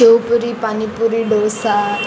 sev puri panipuri dosa